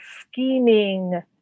scheming